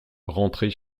rentrer